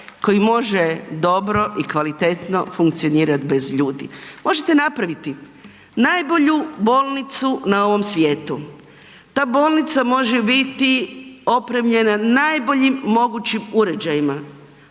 koji može dobro i kvalitetno funkcionirati bez ljudi. Možete napraviti najbolju bolnicu na ovom svijetu, ta bolnica može biti opremljena najboljim mogućim uređajima